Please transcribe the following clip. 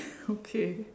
okay